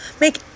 Make